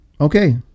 Okay